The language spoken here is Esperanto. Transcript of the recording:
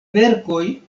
verkoj